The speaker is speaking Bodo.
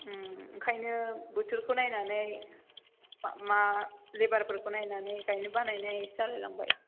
ओंखायनो बोथोरखौ नायनानै मा लेबार फोरखौ नायनानै गायनो बानाय नायसो जालाय लांबाय